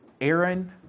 Aaron